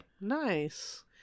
Nice